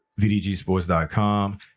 vdgsports.com